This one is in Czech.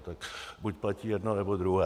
Tak buď platí jedno, nebo druhé.